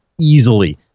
easily